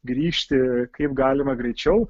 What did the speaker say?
grįžti kaip galima greičiau